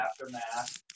aftermath